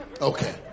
Okay